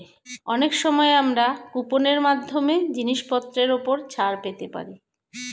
অনেক সময় আমরা কুপন এর মাধ্যমে জিনিসপত্রের উপর ছাড় পেতে পারি